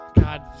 God